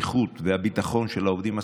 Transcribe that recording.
הבטיחות והביטחון של העובדים הסוציאליים,